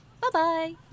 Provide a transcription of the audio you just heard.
Bye-bye